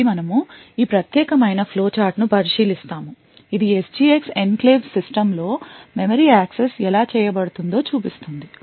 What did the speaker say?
కాబట్టి మనము ఈ ప్రత్యేకమైన ఫ్లో చార్ట్ ను పరిశీలిస్తాము ఇది SGX ఎన్క్లేవ్ సిస్టమ్లో మెమరీ యాక్సెస్ ఎలా చేయబడుతుందో చూపిస్తుంది